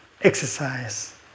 exercise